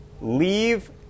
leave